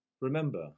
Remember